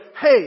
hey